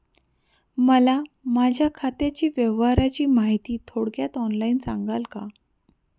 मला माझ्या खात्याच्या व्यवहाराची माहिती थोडक्यात ऑनलाईन सांगाल का?